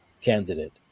candidate